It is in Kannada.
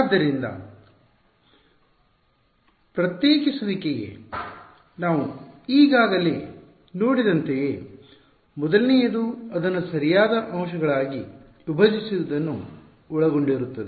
ಆದ್ದರಿಂದ ಪ್ರತ್ಯೇಕಿಸುವಿಕೆಗೆವಿವೇಚನೆಗಾಗಿ ನಾವು ಈಗಾಗಲೇ ನೋಡಿದಂತೆಯೆ ಮೊದಲನೆಯದು ಅದನ್ನು ಸರಿಯಾದ ಅಂಶಗಳಾಗಿ ವಿಭಜಿಸುವುದನ್ನು ಒಳಗೊಂಡಿರುತ್ತದೆ